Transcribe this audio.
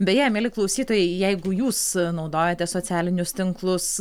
beje mieli klausytojai jeigu jūs naudojate socialinius tinklus